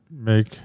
make